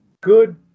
Good